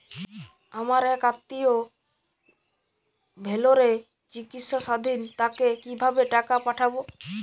আমার এক আত্মীয় ভেলোরে চিকিৎসাধীন তাকে কি ভাবে টাকা পাঠাবো?